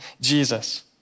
Jesus